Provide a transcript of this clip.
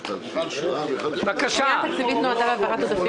הפנייה התקציבית נועדה להעברת עודפים